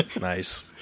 nice